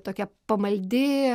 tokia pamaldi